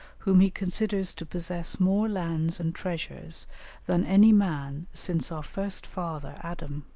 whom he considers to possess more lands and treasures than any man since our first father, adam.